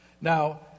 Now